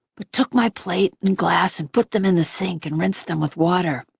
but took my plate and glass and put them in the sink and rinsed them with water.